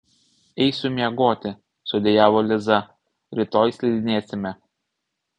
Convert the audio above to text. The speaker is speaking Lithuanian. eisiu miegoti sudejavo liza rytoj slidinėsime